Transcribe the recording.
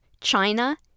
China